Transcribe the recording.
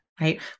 right